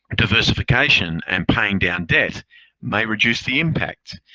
diversification and paying down debt may reduce the impact.